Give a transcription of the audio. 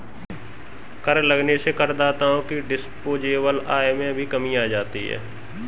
कर लगने से करदाताओं की डिस्पोजेबल आय में भी कमी आ जाती है